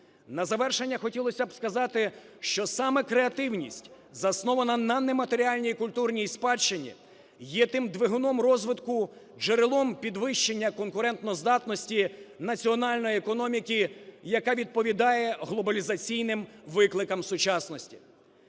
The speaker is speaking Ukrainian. На завершення хотілося б сказати, що саме креативність, заснована на нематеріальній культурній спадщині, є тим двигуном розвитку, джерелом підвищення конкурентоздатності національної економіки, яка відповідаєглобалізаційним викликам сучасності.